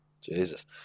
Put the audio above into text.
Jesus